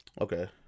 Okay